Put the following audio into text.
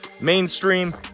mainstream